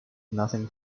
nothing